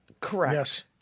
Correct